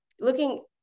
looking